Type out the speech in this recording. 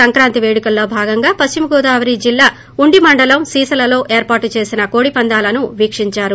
సంక్రాంతి పేడుకల్లో భాగంగా పశ్చిమ గోదావరి జిల్లా ఉండి మండలం సీసలలో ఏర్పాటు చేసిన కోడిపందాలను వీక్షించారు